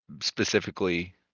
specifically